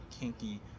kinky